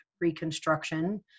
reconstruction